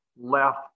left